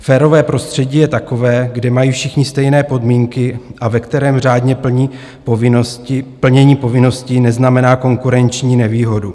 Férové prostředí je takové, kde mají všichni stejné podmínky a ve kterém řádné plnění povinností neznamená konkurenční nevýhodu.